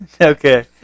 Okay